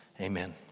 amen